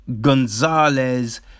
Gonzalez